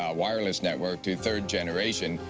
ah wireless network, to third generation,